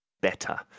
better